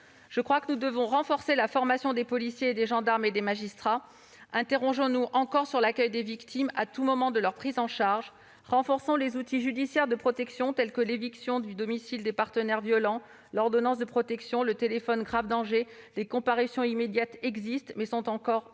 ce sujet. Nous devons renforcer la formation des policiers, des gendarmes et des magistrats. Interrogeons-nous encore sur l'accueil des victimes à tout moment de leur prise en charge. Renforçons les outils judiciaires de protection, tels que l'éviction du domicile des partenaires violents, l'ordonnance de protection et le téléphone grave danger. Les comparutions immédiates existent, mais restent